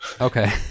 Okay